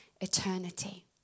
eternity